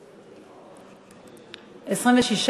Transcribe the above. (תיקון מס' 53), התשע"ד 2013, נתקבל.